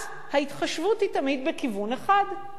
אז ההתחשבות היא תמיד בכיוון אחד.